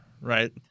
right